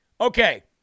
Okay